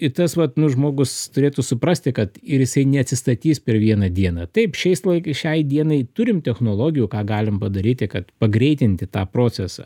i tas vat nu žmogus turėtų suprasti kad ir jisai neatsistatys per vieną dieną taip šiais laik šiai dienai turim technologijų ką galim padaryti kad pagreitinti tą procesą